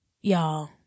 Y'all